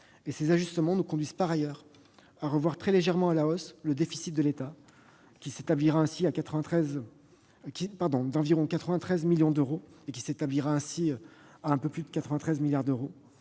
Ces ajustements nous conduisent à revoir très légèrement à la hausse le déficit de l'État, d'environ 93 millions d'euros. Il s'établira ainsi à un peu plus de 93 milliards d'euros,